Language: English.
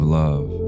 love